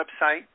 website